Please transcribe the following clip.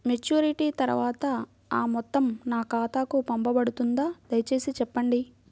Maturity తర్వాత ఆ మొత్తం నా ఖాతాకు పంపబడుతుందా? దయచేసి చెప్పండి?